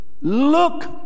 Look